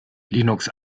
linux